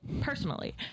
personally